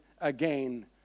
again